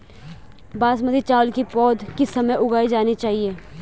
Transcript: बासमती चावल की पौध किस समय उगाई जानी चाहिये?